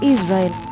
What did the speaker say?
Israel